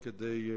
ואחריו,